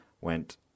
went